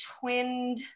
twinned